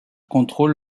contrôle